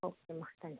ஓகேம்மா தேங்க்ஸ்